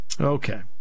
Okay